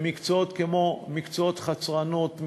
אני חושבת, תכניס גם אותך לסד של התנהלות.